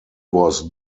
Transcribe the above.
was